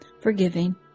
forgiving